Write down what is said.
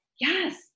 yes